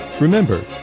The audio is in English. Remember